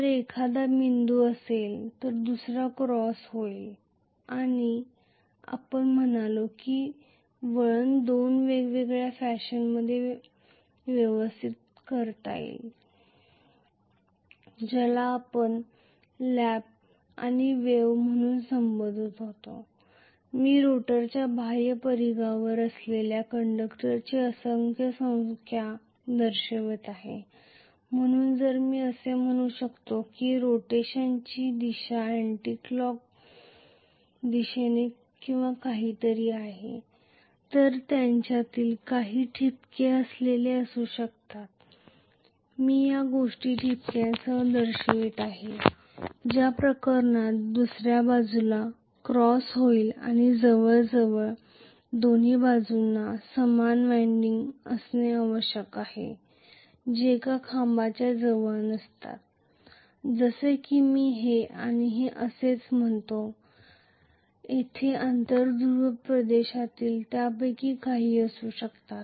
जर एखादा बिंदू असेल तर दुसरा क्रॉस होईल आणि आपण म्हणालो की वळण दोन वेगवेगळ्या फॅशनमध्ये व्यवस्थित करता येईल ज्याला आपण लॅप आणि वेव्ह म्हणून संबोधत होतो मी रोटरच्या बाह्य परिघावर असलेल्या कंडक्टरची असंख्य संख्या दर्शवित आहे म्हणून जर मी असे म्हणू शकतो की रोटेशनची दिशा अँटीक्लॉक दिशेने किंवा काहीतरी आहे तर त्यांच्यातील काही ठिपके असलेले असू शकतात मी या गोष्टी ठिपक्यांसह दर्शवित आहे ज्या प्रकरणात दुसरी बाजू क्रॉस होईल आणि जवळजवळ दोन्ही बाजूंना समान वायंडिंग असणे आवश्यक आहे जे एका खांबाच्या जवळ नसतात जसे की मी हे आणि हे असेच म्हणतो येथे आंतर ध्रुवीय प्रदेशात त्यापैकी काही असू शकतात